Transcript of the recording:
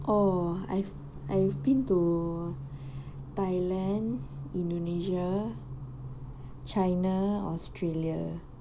oh I've I've been to thailand indonesia china australia